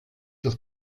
das